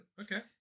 Okay